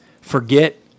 forget